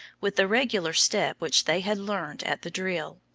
with the regular step which they had learned at the drill.